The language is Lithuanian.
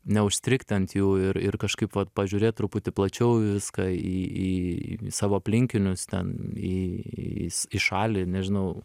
neužstrigti ant jų ir ir kažkaip vat pažiūrėt truputį plačiau į viską į į savo aplinkinius ten į šalį nežinau